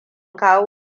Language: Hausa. kawo